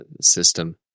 system